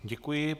Děkuji.